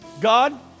God